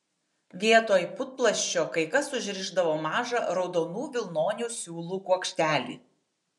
vietoj putplasčio kai kas užrišdavo mažą raudonų vilnonių siūlų kuokštelį